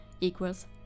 equals